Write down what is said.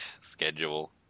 schedule